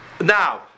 Now